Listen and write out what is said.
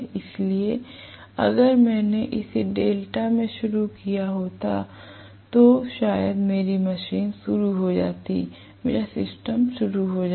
इसलिए अगर मैंने इसे डेल्टा में शुरू किया होता तो शायद मेरी मशीन शुरू हो जाती मेरा सिस्टम शुरू हो जाता